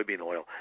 oil